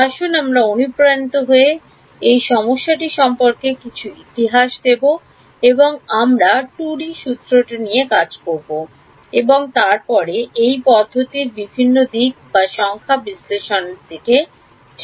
আসুন আমরা অনুপ্রাণিত হয়ে এই সমস্যাটি সম্পর্কে কিছু ইতিহাস দেব এবং আমরা 2D সূত্রটি নিয়ে কাজ করব এবং তারপরে এই পদ্ধতির বিভিন্ন দিক সংখ্যা বিশ্লেষণে ঠিক করব